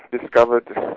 discovered